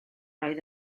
oedd